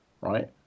right